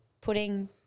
putting